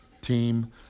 Team